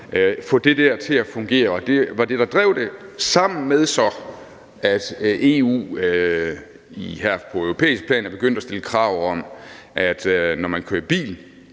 få det til at fungere. Det var det, der drev det, sammen med at EU her på europæisk plan er begyndt at stille krav om, at når man kører i bil,